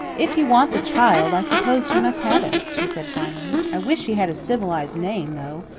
if you want the child, i suppose you must have him, she said finally. i wish he had a civilized name, though.